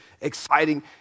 exciting